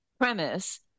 premise